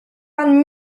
pan